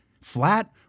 flat